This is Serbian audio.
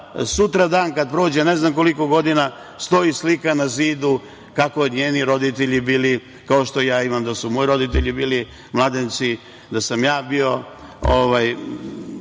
sutradan kada prođe, ne znam koliko godina, stoji slika na zidu, kako njeni roditelji bili, kao što ja imam da su moji roditelji bili mladenci, da sam ja bio